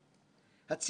תודה מעומק הלב.